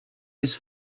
his